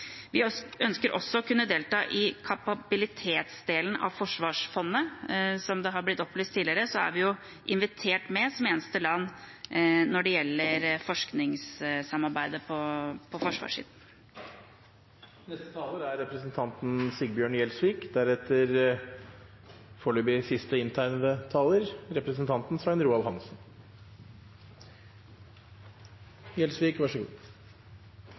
Vi ønsker også å kunne delta i kapabilitetsdelen av forsvarsfondet. Som det er blitt opplyst tidligere, er vi invitert med som eneste land når det gjelder forskningssamarbeidet på forsvarssiden.